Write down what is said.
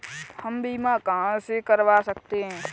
हम बीमा कहां से करवा सकते हैं?